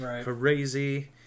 crazy